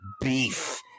beef